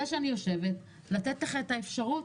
שאני יושבת אני נותנת לך את האפשרות.